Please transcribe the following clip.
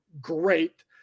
great